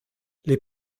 les